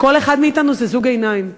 כל אחד מאתנו זה זוג עיניים.